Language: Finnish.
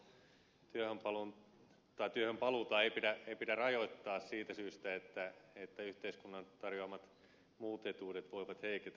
kiljusen esiin nostama huoli on totta mutta suinkaan työhönpaluuta ei pidä rajoittaa siitä syystä että yhteiskunnan tarjoamat muut etuudet voivat heiketä